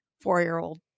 four-year-old